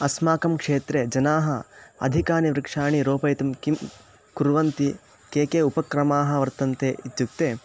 अस्माकं क्षेत्रे जनाः अधिकानि वृक्षाणि रोपयितुं किं कुर्वन्ति के के उपक्रमाः वर्तन्ते इत्युक्ते